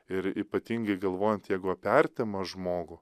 ir ypatingai galvojant jeigu apie artimą žmogų